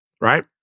right